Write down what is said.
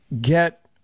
get